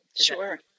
Sure